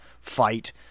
fight